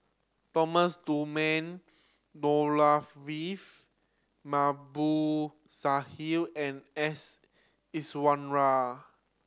Thomas Dunman Babu Sahib and S Iswaran